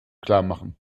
klarmachen